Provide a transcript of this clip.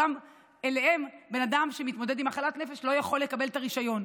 בן אדם שמתמודד עם מחלת נפש לא יכול לקבל רישיון.